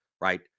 Right